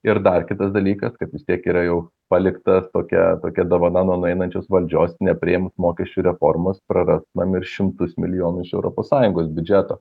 ir dar kitas dalykas kad vis tiek yra jau palikta tokia tokia dovana nuo nueinančios valdžios nepriėmus mokesčių reformos praras na ir šimtus milijonų iš europos sąjungos biudžeto